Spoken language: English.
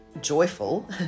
joyful